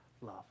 love